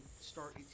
start